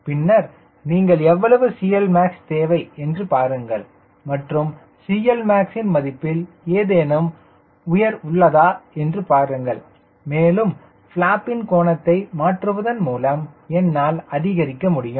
பின்னர் நீங்கள் எவ்வளவு CLmax தேவை என்று பாருங்கள் மற்றும் CLmax ன் மதிப்பில் ஏதேனும் உயிர் உள்ளதா என்று பாருங்கள் மேலும் ப்லாப்பின் கோணத்தை மாற்றுவதன் மூலம் என்னால் அதிகரிக்க முடியும்